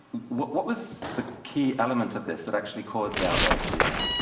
what what was the key element of this that actually caused the outrage, do you think?